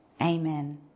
Amen